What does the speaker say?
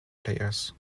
players